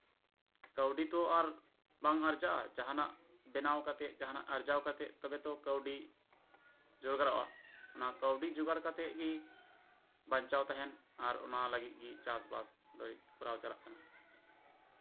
ᱠᱟᱣᱰᱤ ᱛᱚ ᱟᱨ ᱵᱟᱝ ᱟᱨᱡᱟᱜᱼᱟ ᱡᱟᱦᱟᱸᱱᱟᱜ ᱵᱮᱱᱟᱣ ᱠᱟᱛᱮ ᱡᱟᱦᱟᱸᱱᱟᱜ ᱟᱨᱡᱟᱣ ᱠᱟᱛᱮ ᱛᱚᱵᱮ ᱛᱚ ᱠᱟᱣᱰᱤ ᱡᱚᱜᱟᱲᱚᱜᱼᱟ ᱚᱱᱟ ᱠᱟᱣᱰᱤ ᱡᱚᱜᱟᱲ ᱠᱟᱛᱮᱜᱤ ᱵᱟᱧᱪᱟᱣ ᱛᱟᱦᱮᱸᱱ ᱟᱨ ᱚᱱᱟ ᱞᱟᱹᱜᱤᱫ ᱜᱤ ᱪᱟᱥᱵᱟᱥ ᱫᱚ ᱠᱚᱨᱟᱣ ᱪᱟᱞᱟᱜ ᱠᱟᱱᱟ